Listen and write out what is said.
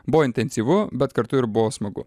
buvo intensyvu bet kartu ir buvo smagu